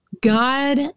God